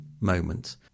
moment